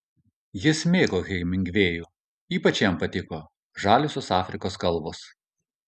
jis mėgo hemingvėjų ypač jam patiko žaliosios afrikos kalvos